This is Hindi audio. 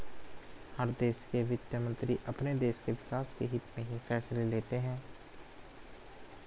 हर देश के वित्त मंत्री अपने देश के विकास के हित्त में ही फैसले लेते हैं